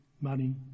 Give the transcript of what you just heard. money